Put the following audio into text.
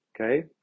okay